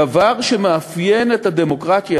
הדבר שמאפיין את הדמוקרטיה,